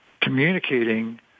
communicating